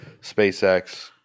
SpaceX